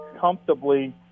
comfortably